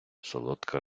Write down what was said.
солодка